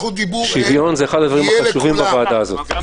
שוויון זה אחד הדברים החשובים בוועדה הזאת.